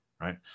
Right